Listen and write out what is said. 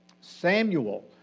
Samuel